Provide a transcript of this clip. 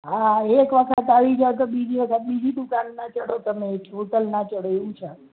હા એક વખત આવી જાવ તો બીજી વખત બીજી દુકાન ન ચઢો તમે એક હોટલ ના ચઢો એવું છે આ